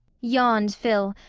yawned phil,